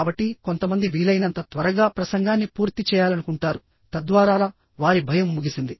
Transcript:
కాబట్టి కొంతమంది వీలైనంత త్వరగా ప్రసంగాన్ని పూర్తి చేయాలనుకుంటారు తద్వారా వారి భయము ముగిసింది